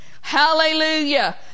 Hallelujah